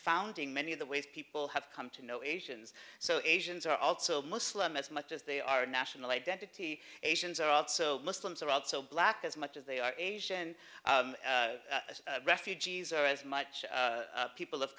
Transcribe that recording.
founding many of the ways people have come to know asians so asians are also muslim as much as they are national identity asians are also muslims are also black as much as they are asian refugees are as much people of